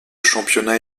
championnat